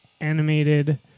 animated